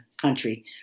country